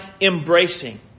embracing